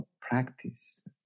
practice